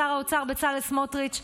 שר האוצר בצלאל סמוטריץ',